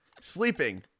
sleeping